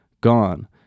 gone